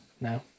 no